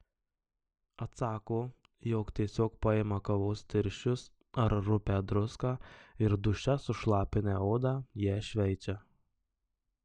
atsako jog tiesiog paima kavos tirščius ar rupią druską ir duše sušlapinę odą ją šveičia